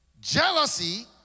Jealousy